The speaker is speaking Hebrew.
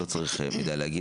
לא צריך להגיד,